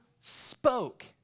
spoke